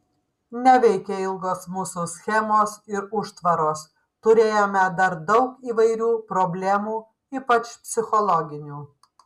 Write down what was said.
neveikė ilgos mūsų schemos ir užtvaros turėjome dar daug įvairių problemų ypač psichologinių